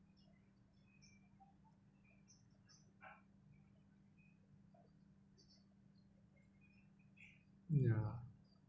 ya